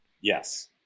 Yes